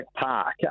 Park